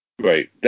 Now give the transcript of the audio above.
Right